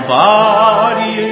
body